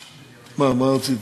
מה, מה רצית?